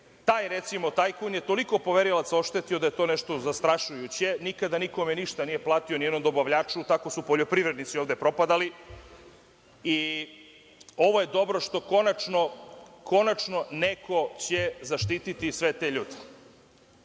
Recimo, taj tajkun je toliko poverilaca oštetio da je to nešto zastrašujuće, jer nikada nikome ništa nije platio, ni onom dobavljaču. Tako su poljoprivrednici propadali. Ovo je dobro što će konačno neko zaštititi sve te ljude